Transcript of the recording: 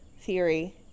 theory